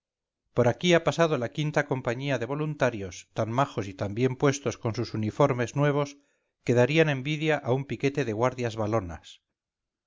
por ahí ha pasado la quinta compañía de voluntarios tan majos y tan bien puestos con sus uniformes nuevos que darían envidia a un piquete de guardias walonas